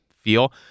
feel